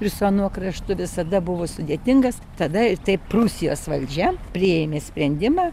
ir su anuo kraštu visada buvo sudėtingas tada taip prūsijos valdžia priėmė sprendimą